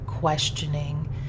questioning